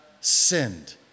sinned